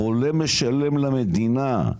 החולה משלם למדינה.